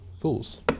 fools